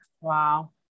Wow